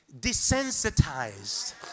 desensitized